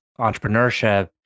entrepreneurship